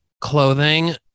clothing